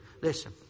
Listen